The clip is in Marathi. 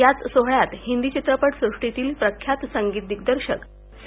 याच सोहळ्यात हिंदी चित्रपटसृष्टीतील प्रख्यात संगीत दिग्दर्शक सी